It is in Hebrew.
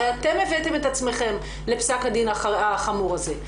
הרי אתם הבאתם את עצמכם לפסק הדין החמור הזה.